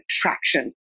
attraction